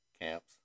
camps